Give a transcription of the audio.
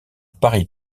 paris